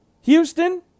Houston